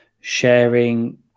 sharing